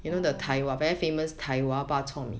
err